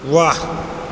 वाह